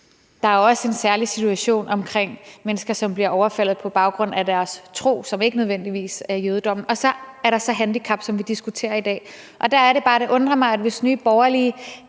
der er en særlig situation omkring mennesker, som bliver overfaldet på baggrund af deres tro, som ikke nødvendigvis er jødedom, og så er der handicap, som vi diskuterer i dag. Der er det bare, det undrer mig, at Nye Borgerlige,